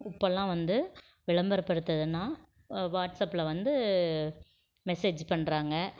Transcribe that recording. இப்போல்லாம் வந்து விளம்பரப்படுத்துவதுனா வாட்ஸ்ஸப்பில் வந்து மெசேஜு பண்ணுறாங்க